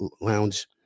lounge